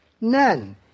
None